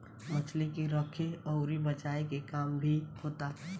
मछली के रखे अउर बचाए के काम भी होता